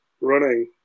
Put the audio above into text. running